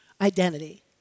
identity